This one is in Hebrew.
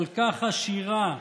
כל כך עשירה.